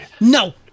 no